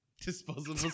Disposable